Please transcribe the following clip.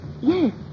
Yes